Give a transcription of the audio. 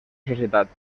societat